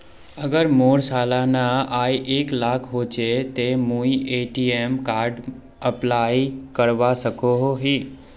अगर मोर सालाना आय एक लाख होचे ते मुई ए.टी.एम कार्ड अप्लाई करवा सकोहो ही?